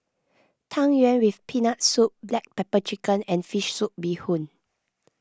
Tang Yuen with Peanut Soup Black Pepper Chicken and Fish Soup Bee Hoon